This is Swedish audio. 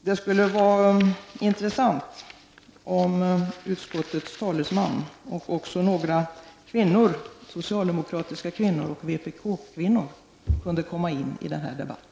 Det vore intressant om utskottets talesman och också några socialdemokratiska kvinnor och vpk-kvinnor deltog i denna debatt.